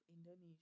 Indonesia